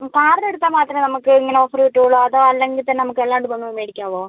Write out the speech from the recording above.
മ് കാർഡ് എടുത്താൽ മാത്രമേ നമുക്ക് ഇങ്ങനെ ഓഫർ കിട്ടുള്ളോ അതോ അല്ലെങ്കിൽ തന്നെ നമുക്ക് അല്ലാണ്ട് വന്ന് മേടിക്കാമോ